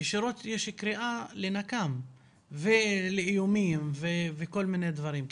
ישירות יש קריאה לנקם ולאיומים וכל מיני דברים.